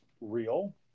real